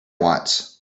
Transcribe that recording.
wants